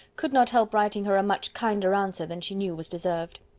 could not help writing her a much kinder answer than she knew was deserved.